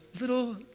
little